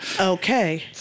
Okay